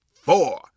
four